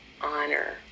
honor